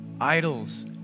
idols